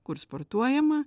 kur sportuojama